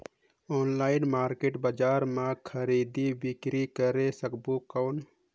Online market बजार मां खरीदी बीकरी करे सकबो कौन?